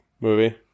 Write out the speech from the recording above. movie